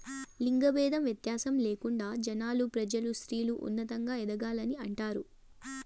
లింగ భేదం వ్యత్యాసం లేకుండా జనాలు ప్రజలు స్త్రీలు ఉన్నతంగా ఎదగాలని అంటారు